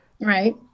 right